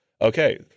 Okay